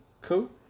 Cool